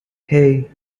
hey